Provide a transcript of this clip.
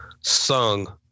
sung